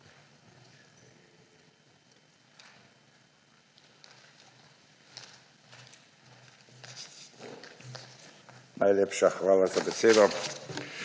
Najlepša hvala za besedo.